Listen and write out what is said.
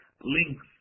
links